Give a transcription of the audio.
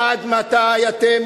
עד מתי אתם,